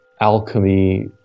alchemy